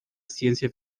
ciencia